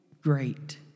great